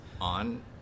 On